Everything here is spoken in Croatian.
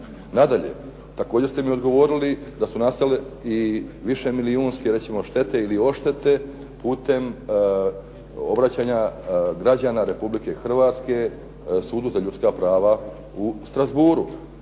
Nadalje, također ste mi odgovorili da su nastale i višemilijunske štete ili odštete putem obraćanja građana Republike Hrvatske sudu za ljudska prava u Strasburghu